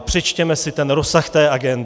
Přečtěme si rozsah té agendy.